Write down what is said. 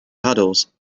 puddles